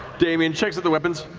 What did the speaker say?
damian checks out the weapons,